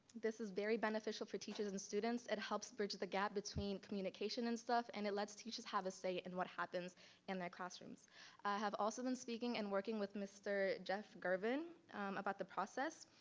this is very beneficial for teachers and students. it helps bridge the gap between communication and stuff, and it lets teachers have a say in what happens in their classrooms i have also been speaking and working with mr. jeff garvin about the process.